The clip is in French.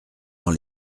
dans